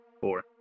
Four